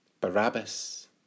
Barabbas